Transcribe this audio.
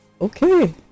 okay